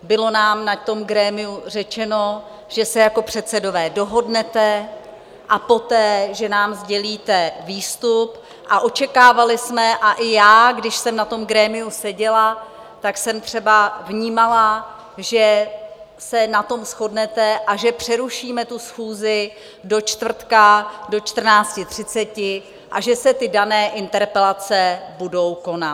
Bylo nám na tom grémiu řečeno, že se jako předsedové dohodnete a poté že nám sdělíte výstup, a očekávali jsme, a i já, když jsem na tom grémiu seděla, tak jsem třeba vnímala, že se na tom shodnete a že přerušíme schůzi do čtvrtka do 14.30 a že se ty dané interpelace budou konat.